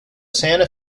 santa